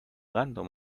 random